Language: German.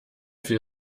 viel